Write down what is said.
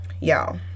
Y'all